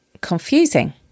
confusing